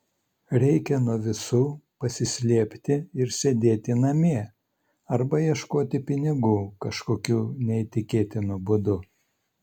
reikia nuo visų pasislėpti ir sėdėti namie arba ieškoti pinigų kažkokiu neįtikėtinu būdu